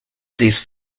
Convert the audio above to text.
these